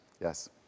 Yes